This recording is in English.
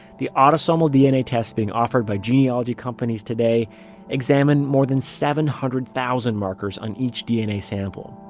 the autosomal dna tests being offered by genealogy companies today examine more than seven hundred thousand markers on each dna sample.